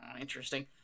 Interesting